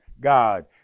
God